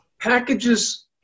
packages